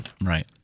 Right